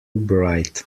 bright